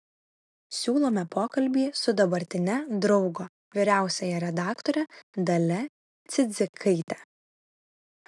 siūlome pokalbį su dabartine draugo vyriausiąja redaktore dalia cidzikaite